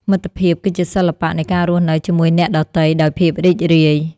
មិត្តភាពគឺជាសិល្បៈនៃការរស់នៅជាមួយអ្នកដទៃដោយភាពរីករាយ។